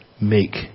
make